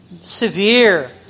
severe